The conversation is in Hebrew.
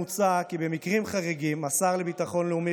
מוצע כי במקרים חריגים השר לביטחון לאומי,